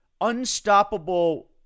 unstoppable